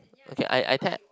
okay I I think I